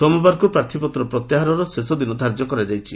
ସୋମବାରକୁ ପ୍ରାର୍ଥ୍ୟପତ୍ର ପ୍ରତ୍ୟାହାରର ଶେଷ ଦିନ ଧାର୍ଯ୍ୟ କରାଯାଇଛି